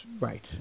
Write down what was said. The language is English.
right